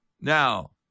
Now